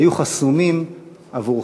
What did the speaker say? חסומים עבורך.